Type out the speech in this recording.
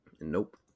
Nope